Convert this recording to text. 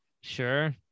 sure